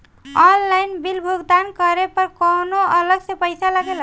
Online bill भुगतान करे पर कौनो अलग से पईसा लगेला?